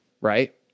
Right